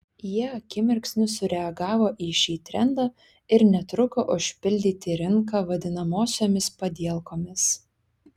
jie akimirksniu sureagavo į šį trendą ir netruko užpildyti rinką vadinamosiomis padielkomis